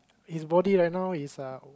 his body right now is um